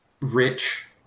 rich